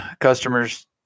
customers